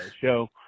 show